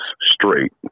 straight